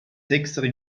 sechser